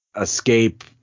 escape